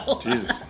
Jesus